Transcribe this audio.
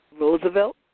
Roosevelt